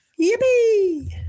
Yippee